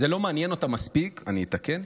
אני אתקן,